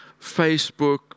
Facebook